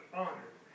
honored